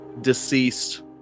deceased